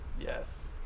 Yes